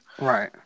Right